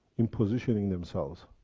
in positioning themselves.